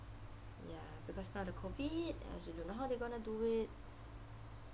ya because now the COVID I also don't know how they going to do it